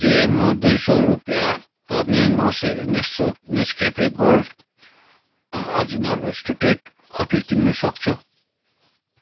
के म दुई सौ रुपियाँ पर्ने Nescafe gold original roasted coffee किन्न सक्छु